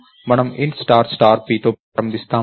మనము Int star star p తో ప్రారంభిస్తాము